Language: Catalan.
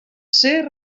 ser